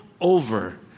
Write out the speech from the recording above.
over